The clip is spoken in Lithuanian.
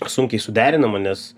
sunkiai suderinama nes